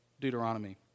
Deuteronomy